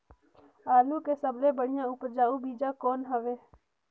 आलू के सबले बढ़िया उपजाऊ बीजा कौन हवय?